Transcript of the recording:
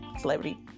celebrity